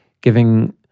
giving